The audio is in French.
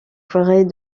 forêts